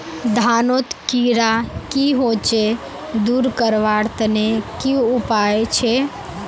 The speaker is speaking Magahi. धानोत कीड़ा की होचे दूर करवार तने की उपाय छे?